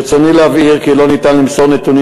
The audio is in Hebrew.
1 2. ברצוני להבהיר כי לא ניתן למסור נתונים